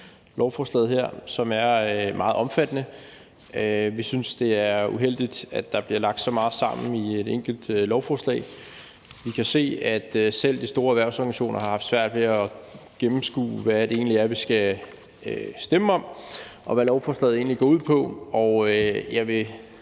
lovforslaget her, som er meget omfattende. Vi synes, at det er uheldigt, at der bliver lagt så meget sammen i et enkelt lovforslag. Vi kan se, at selv de store erhvervsorganisationer har haft svært ved at gennemskue, hvad det egentlig er, vi skal stemme om, og hvad lovforslaget egentlig går ud på. Jeg vil